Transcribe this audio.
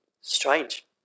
strange